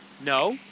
No